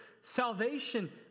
salvation